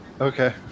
Okay